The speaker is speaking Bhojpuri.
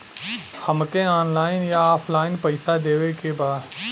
हमके ऑनलाइन या ऑफलाइन पैसा देवे के बा?